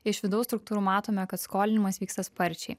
iš vidaus struktūrų matome kad skolinimas vyksta sparčiai